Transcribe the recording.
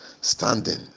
standing